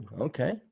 okay